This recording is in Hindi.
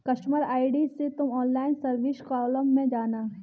कस्टमर आई.डी से तुम ऑनलाइन सर्विस कॉलम में जाना